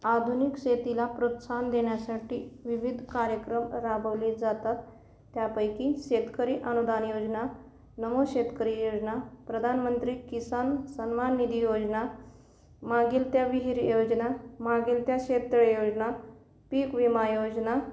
आधुनिक शेतीला प्रोत्साहन देण्यासाठी विविध कार्यक्रम राबवले जातात त्यांपैकी शेतकरी अनुदान योजना नमो शेतकरी योजना प्रधानमंत्री किसान सन्मान निधी योजना मागेल त्या विहीर योजना मागेल त्या शेततळे योजना पीक विमा योजना